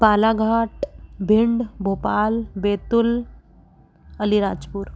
Balaghat Bhind Bhopal Betul Alirajpur